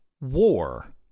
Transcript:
war